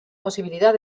posibilidad